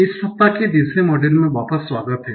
इस सप्ताह के तीसरे मॉड्यूल मे वापस स्वागत है